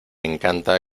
encanta